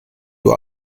uhr